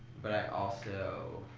but i also,